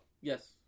Yes